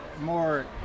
more